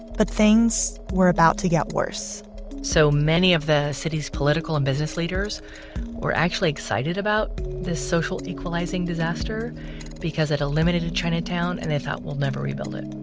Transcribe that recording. but things were about to get worse so many of the city's political and business leaders were actually excited about this social equalizing disaster because it eliminated chinatown and they thought, we'll never rebuild it.